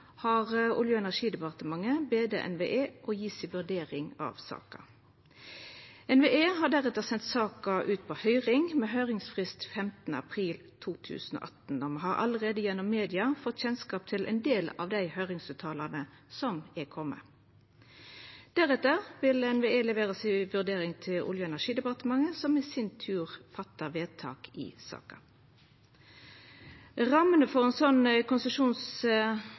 har Olje- og energidepartementet bede NVE om å gje si vurdering av saka. NVE har deretter sendt saka ut på høyring, med høyringsfrist 15. april 2018. Me har allereie gjennom media fått kjennskap til ein del av dei høyringsuttalane som har kome. Deretter vil NVE levera si vurdering til Olje- og energidepartementet, som i sin tur gjer vedtak i saka. Rammene for